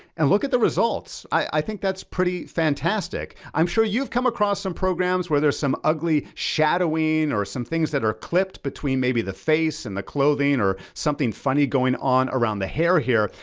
and look at the results. i think that's pretty fantastic. i'm sure you've come across some programs where there's some ugly shadowing or some things that are clipped between maybe the face and the clothing or something funny going on around the hair here.